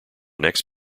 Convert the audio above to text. next